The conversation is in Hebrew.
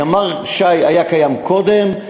ימ"ר ש"י היה קיים קודם,